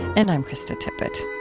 and i'm krista tippett